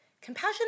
Compassion